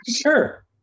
Sure